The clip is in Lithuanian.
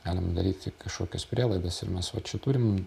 galim daryti kažkokias prielaidas ir mes vat čia turim